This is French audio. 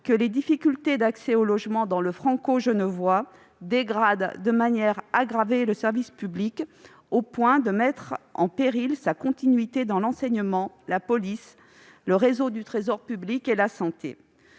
que les difficultés d'accès au logement dans le Genevois français aggravent la situation du service public au point de mettre en péril sa continuité dans l'enseignement, la police, le réseau du Trésor public et la santé.